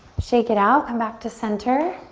shake it out, come back to center,